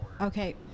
Okay